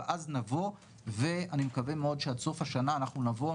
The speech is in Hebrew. אני מקווה מאוד שעד סוף השנה אנחנו נבוא,